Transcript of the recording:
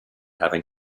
having